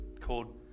called